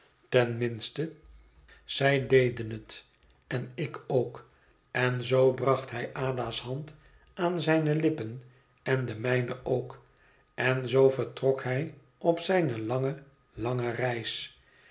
minste zij deden het en ik ook en zoo bracht hij ada's hand aan zijne lippen en de mijne ook en zoo vertrok hij op zijne lange lange reis